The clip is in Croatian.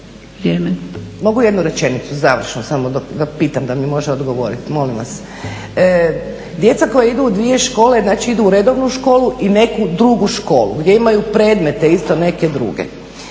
Mogu jednu rečenicu završno da pitam da mi može odgovoriti molim vas? Djeca koja idu u dvije škole idu u redovnu školu i neku drugu školu gdje imaju neke druge